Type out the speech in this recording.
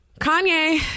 Kanye